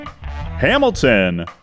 Hamilton